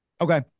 okay